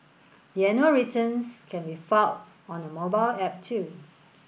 the annual returns can be filed on a mobile app too